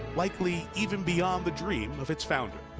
likely even beyond the dream of its founder.